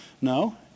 No